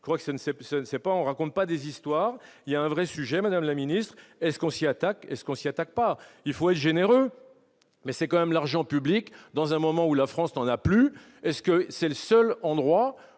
s'est pas je ne sais pas, on raconte pas des histoires, il y a un vrai sujet, Madame la Ministre est-ce qu'on s'y attaque est-ce qu'on s'y attaque pas, il faut être généreux, mais c'est quand même l'argent public dans un moment où la France n'en a plus est-ce que c'est le seul endroit